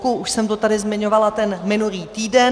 Už jsem to tady zmiňovala ten minulý týden.